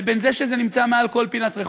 לבין זה שזה נמצא בכל פינת רחוב.